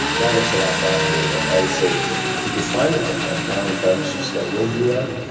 that works a lot faster. i would say if you can find a compounding pharmacist that will do that,